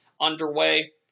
underway